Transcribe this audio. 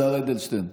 השר אדלשטיין,